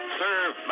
serve